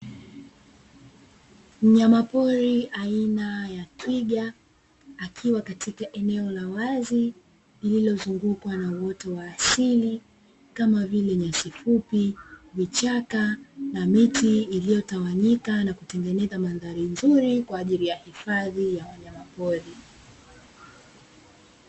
Mnyama pori aina ya twiga akiwa katika eneo la wazi lililozungukwa na uoto wa asili kama vile nyasi fupi, vichaka na miti iliyotawanyika na kutengeneza mandhari nzuri kwa ajili ya hifadhi ya wanyama pori.